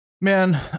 man